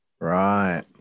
Right